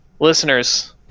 listeners